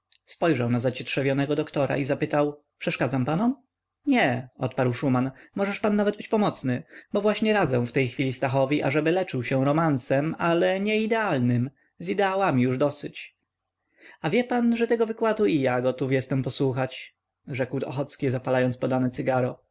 spojrzał na zacietrzewionego doktora i zapytał przeszkadzam panom nie odparł szuman możesz pan nawet być pomocny bo właśnie radzę w tej chwili stachowi ażeby leczył się romansem ale nie idealnym z ideałami już dosyć a wie pan że tego wykładu i ja gotów jestem posłuchać rzekł ochocki zapalając podane